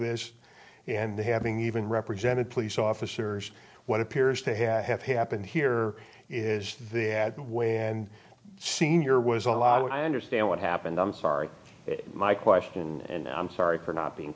this and having even represented police officers what appears to have happened here is the added way and sr was allowed i understand what happened i'm sorry my question and i'm sorry for not being